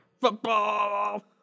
Football